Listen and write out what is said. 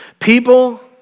People